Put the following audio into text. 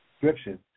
description